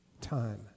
time